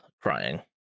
crying